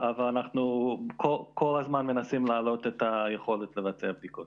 אבל אנחנו כל זמן מנסים להעלות יכולת לבצע בדיקות.